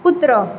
कुत्रो